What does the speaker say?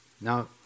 Now